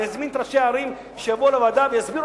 אני אזמין את ראשי הערים שיבואו לוועדה ויסבירו